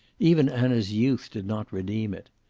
even anna's youth did not redeem it.